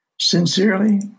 Sincerely